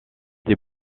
des